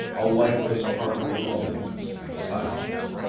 a lifeless part of the loneliness and silence.